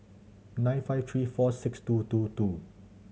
nine five three four six two two two